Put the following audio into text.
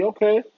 Okay